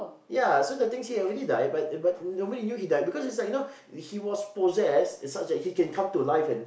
ya so the thing's he already died but but nobody knew he died because it's like you know he was possessed and such that he can come to life and